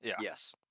Yes